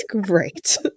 great